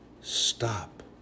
Stop